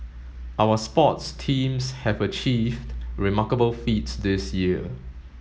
our sports teams have achieved remarkable feats this year